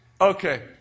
Okay